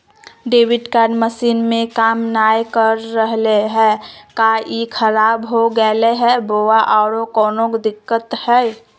Debit card machine में काम नाय कर रहले है, का ई खराब हो गेलै है बोया औरों कोनो दिक्कत है?